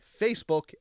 Facebook